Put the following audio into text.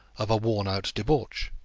of a worn-out debauche.